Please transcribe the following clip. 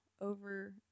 over